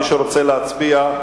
מי שרוצה להצביע,